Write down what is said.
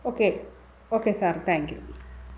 okay okay sir thank you